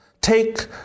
Take